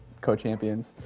co-champions